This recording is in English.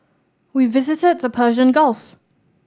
we visited the Persian Gulf